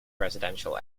residential